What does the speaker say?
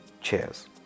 cheers